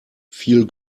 viel